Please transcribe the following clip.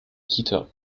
kita